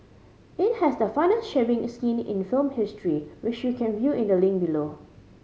it has the funniest shaving is scene in film history which you can view in the link below